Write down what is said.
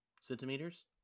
Centimeters